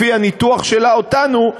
לפי הניתוח שלה אותנו,